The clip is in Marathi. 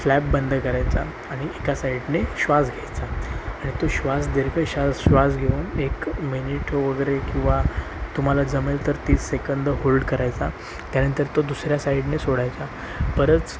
फ्लॅप बंद करायचा आणि एका साईडने श्वास घ्यायचा आणि तो श्वास दीर्घ श्वास श्वास घेऊन एक मिनिट वगैरे किंवा तुम्हाला जमेल तर तीस सेकंद होल्ड करायचा त्यानंतर तो दुसऱ्या साईडने सोडायचा परत